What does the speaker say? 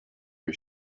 his